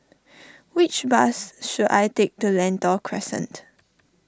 which bus should I take to Lentor Crescent